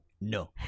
No